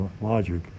logic